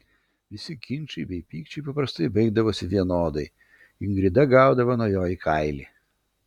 visi ginčai bei pykčiai paprastai baigdavosi vienodai ingrida gaudavo nuo jo į kailį